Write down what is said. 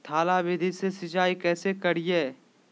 थाला विधि से सिंचाई कैसे करीये?